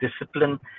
discipline